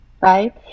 right